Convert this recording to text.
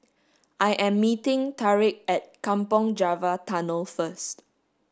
I am meeting Tarik at Kampong Java Tunnel first